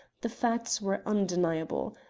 the facts were undeniable.